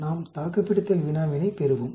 நாம் தாக்குப்பிடித்தல் வினாவினைப் பெறுவோம்